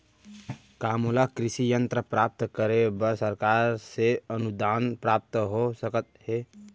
का मोला कृषि यंत्र प्राप्त करे बर सरकार से अनुदान प्राप्त हो सकत हे?